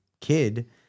kid